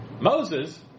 Moses